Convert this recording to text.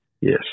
Yes